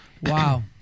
Wow